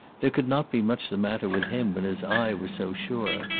there could not be much the matter with him when his eye was so sure.